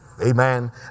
Amen